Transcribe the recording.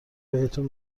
بهتون